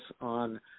on